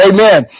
Amen